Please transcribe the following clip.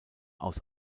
aus